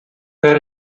per